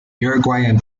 uruguayan